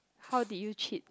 how did you cheat